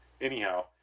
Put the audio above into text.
Anyhow